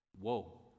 Whoa